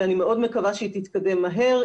ואני מאוד מקווה שהיא תתקדם מהר,